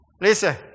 Listen